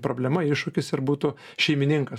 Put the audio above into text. problema iššūkis ir būtų šeimininkas